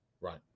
right